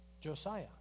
Josiah